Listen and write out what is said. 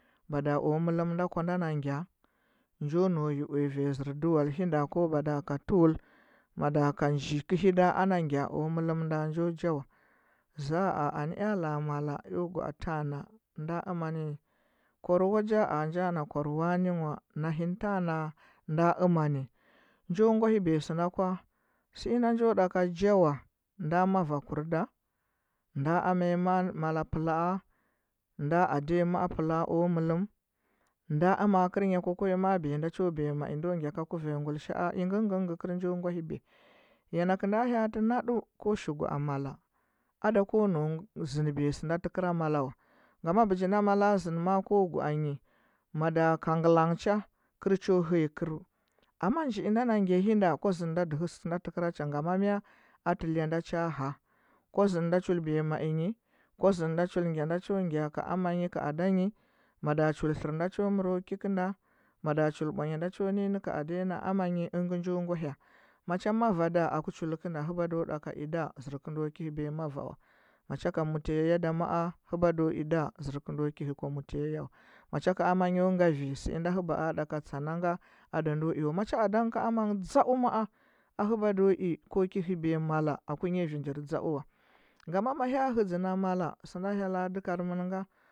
Mada o mɚɚmnda kwanda na ngya, nja nau yi uya rai zɚr dual hinda ko mada ka tɚwɚl, mada ka nji kɚhi da ana gya o mɚlɚ nynda njo jawa za, anɚ eo la mala eo gwaa tanghna, ndara amani z kwar wa jaz ah njana kwar wane nwa, nahin tanghna ndar mani? Nje ngwahibuya sɚnda kwa sɚlnda njo ɗka jawa, nda marakur da, nda amanyi ma mala plan, nda adanyi ma plaa o mɚeɚm, nda aa kɚrnya kwakwanyi ma’a biya nda cho biya ai ndo ngya ka kuwanyi ngulishaa ingɚngɚng kɚr njo ngwahibiya ya nakɚnda hyaatɚ naɗu ko shi gwaa mala, ada ko nuu zɚndɚbiya sɚnda tɚ kra mala wa ngɚm bijinda mala zɚndɚ maa ko gwaanyi, mada kanglang cha kɚr cho hɚya kɚrɚu amma njiinda nangya hinda kwa zɚnda dɚhɚ sɚnda tɚ kracha ngama mea ntɚ lean, ta cha hɚa kwa zɚnda chul biya malnyi, kwa zɚndo chul ngya nda cho ngya kɚi amanyi ndanyi, mada chul tlɚrnda cho mɚr ku kikɚnda, mada chul bwanya nda cho ninyi nɚ ka adanyi na amanyi ɚngɚ njo ngwahya macha mara aku chuli kɚnda hɚbu do ɗuka i dà zɚrkɚndo ki hɚbiya mavo wa macha ka muteya da maa hɚba do ɗaya i zɚrkɚndo ki hɚ kwa muteya wa macha ka amanyo ngari sɚinɚ ka hɚbo ɗaka tsana nga ada ndo i wa macha ka adang na amangɚ dzau ma’a a hɚba do i ko ki hɚbiya mala akii nyari njir dzau wa ngama ma hya hɚdzɚ na mala sɚnda hyella dɚkarmɚn nga.